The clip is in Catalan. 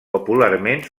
popularment